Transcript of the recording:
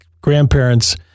grandparents